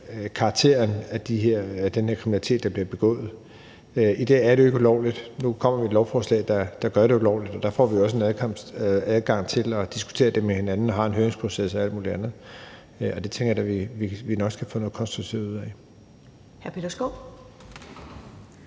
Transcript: karakteren er af den her kriminalitet, der bliver begået. I dag er det jo ikke ulovligt, men nu kommer vi med et lovforslag, der gør det ulovligt, og i forbindelse med det får vi jo også en adgang til at diskutere det med hinanden, og vi har en høringsproces og alt muligt andet, og det tænker jeg da vi nok skal få noget konstruktivt ud af.